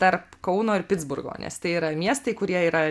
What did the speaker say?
tarp kauno ir pitsburgo nes tai yra miestai kurie yra